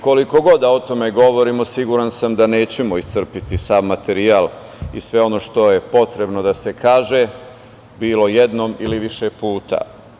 Koliko god da o tome govorimo, siguran sam da nećemo iscrpeti sav materijal i sve ono što je potrebno da se kaže, bilo jednom ili više puta.